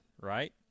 right